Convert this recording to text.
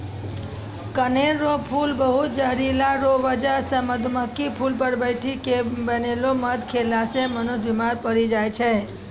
कनेर रो फूल बहुत जहरीला रो बजह से मधुमक्खी फूल पर बैठी के बनैलो मध खेला से मनुष्य बिमार पड़ी जाय छै